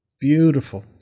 Beautiful